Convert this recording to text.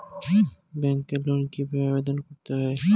ব্যাংকে লোন কিভাবে আবেদন করতে হয়?